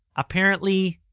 apparently,